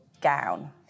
gown